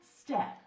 step